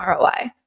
ROI